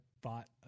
bought